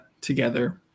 together